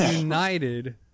united